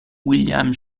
william